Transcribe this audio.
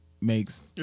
makes